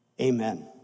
amen